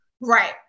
right